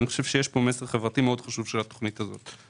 אני חושב שיש פה מסר חברתי חשוב מאוד של התוכנית הזאת.